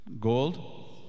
Gold